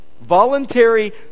Voluntary